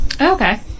Okay